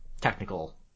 Technical